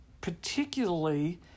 particularly